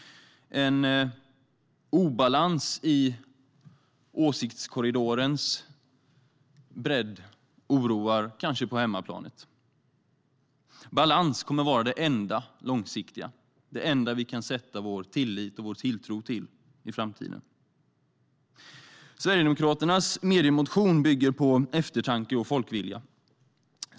En obalans i åsiktskorridorens bredd oroar kanske på hemmaplan. Balans kommer att vara det enda långsiktiga, det enda vi kan sätta vår tilltro till i framtiden. Sverigedemokraternas mediemotion bygger på eftertanke och folkvilja.